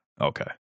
Okay